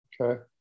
Okay